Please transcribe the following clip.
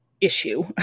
issue